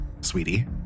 sweetie